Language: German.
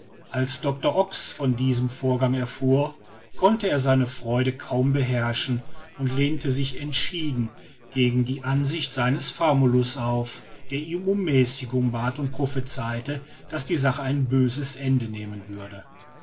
als doctor ox von diesem vorgang erfuhr konnte er seine freude kaum beherrschen und lehnte sich entschieden gegen die ansicht seines famulus auf der ihn um mäßigung bat und prophezeite daß die sache ein böses ende nehmen würde